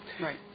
Right